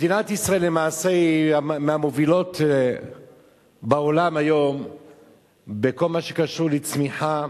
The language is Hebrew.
מדינת ישראל היא מהמובילות בעולם היום בכל הקשור לצמיחה